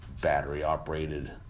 battery-operated